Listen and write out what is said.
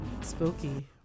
Spooky